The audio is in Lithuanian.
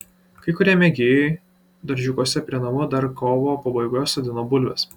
kai kurie mėgėjai daržiukuose prie namų dar kovo pabaigoje sodino bulves